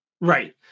Right